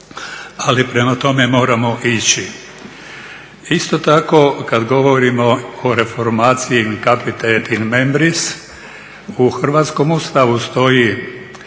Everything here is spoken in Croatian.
ali prema tome moramo ići. Isto tako kada govorimo o reformaciji in capita in membris u hrvatskom Ustavu stoji